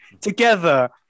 together